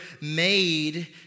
made